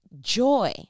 joy